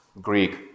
Greek